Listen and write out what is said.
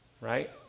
Right